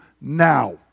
now